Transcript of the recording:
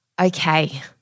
Okay